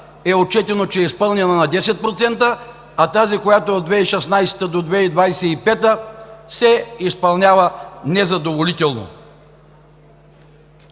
до 2015 г. е изпълнена на 10%, а тази, която е от 2016-а до 2025 г. се изпълнява незадоволително.